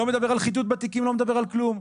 לא מדבר על חיטוט בתיקים ולא מדבר על כלום.